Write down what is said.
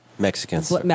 Mexicans